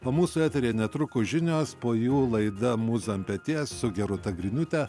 o mūsų eteryje netrukus žinios po jų laida mūza ant peties su gerūta griniūte